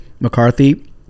McCarthy